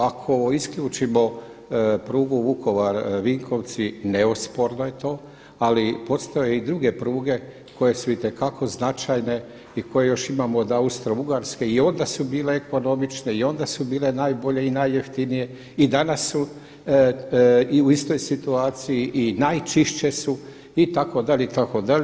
Ako isključimo prugu Vukovar-Vinkovci, neosporno je to ali postoje i druge pruge koje su itekako značajno i koje još imamo od austro-ugarske i onda su bile ekonomične i onda su bile najbolje i najjeftinije i danas su i u istoj situaciji i najčišće su, itd., itd.